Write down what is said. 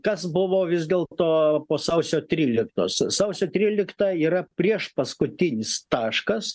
kas buvo vis dėlto po sausio tryliktosios sausio trylikta yra priešpaskutinis taškas